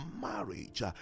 marriage